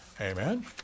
amen